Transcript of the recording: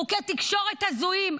חוקי תקשורת הזויים.